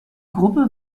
gruppe